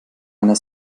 einer